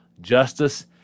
justice